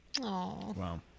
Wow